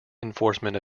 enforcement